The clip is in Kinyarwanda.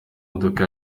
modoka